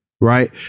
Right